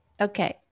okay